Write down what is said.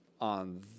on